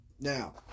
Now